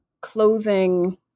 clothing